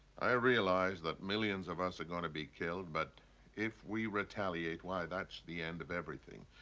i realize that millions of us are going to be killed, but if we retaliate, why, that's the end of everything.